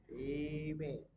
Amen